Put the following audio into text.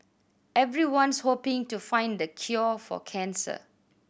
everyone's hoping to find the cure for cancer